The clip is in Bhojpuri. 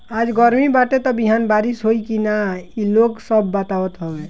आज गरमी बाटे त बिहान बारिश होई की ना इ लोग सब बतावत हवे